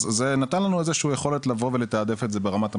אז זה נתן לנו איזה שהוא יכולת לבוא ולתעדף את זה ברמת המשרד.